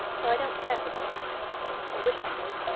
though i don't care for books i wish i did.